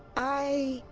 i.